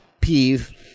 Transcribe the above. peeve